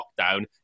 lockdown